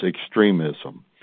extremism